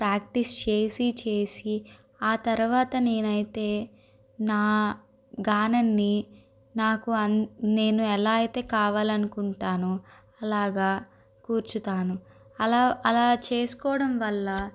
practice చేసి చేసి ఆ తర్వాత నేను అయితే నా గానన్ని నాకు అన్ నేను ఎలా అయితే కావాలి అనునుకుంటానో అలాగా కూర్చుతాను అలా అలా చేసుకోవడం వల్ల